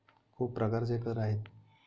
खूप प्रकारचे कर आहेत